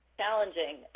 challenging